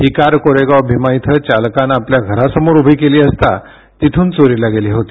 ही car Koregaon Bhima ड्रायव्हरनं आपल्या घरासमोर उभी केली असता तिथून चोरीला गेली होती